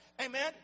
Amen